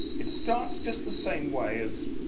it starts just the same way as